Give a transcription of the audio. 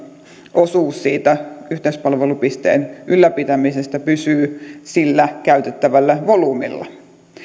osuus siitä yhteispalvelupisteen ylläpitämisestä pysyy sillä käytettävällä volyymilla